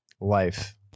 life